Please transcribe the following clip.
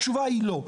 התשובה היא לא,